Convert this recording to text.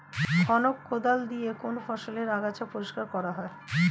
খনক কোদাল দিয়ে কোন ফসলের আগাছা পরিষ্কার করা হয়?